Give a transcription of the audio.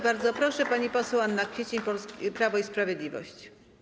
Bardzo proszę, pani poseł Anna Kwiecień, Prawo i Sprawiedliwość.